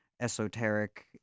esoteric